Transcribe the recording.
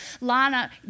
Lana